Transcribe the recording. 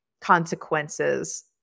consequences